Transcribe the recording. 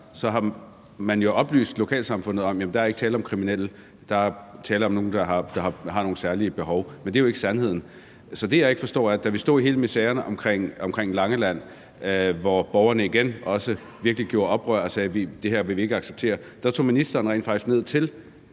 har man jo oplyst lokalsamfundet om, at der ikke er tale om kriminelle; men der er tale om nogle, som har nogle særlige behov. Men det er jo ikke sandheden. Så det, jeg ikke forstår, er i forhold til dengang, vi stod i hele miseren omkring Langeland, hvor borgerne igen virkelig gjorde oprør og sagde, at det her vil vi ikke acceptere. Der tog ministeren rent faktisk ned til